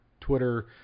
Twitter